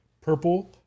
Purple